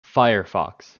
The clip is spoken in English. firefox